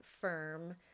firm